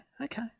okay